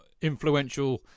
influential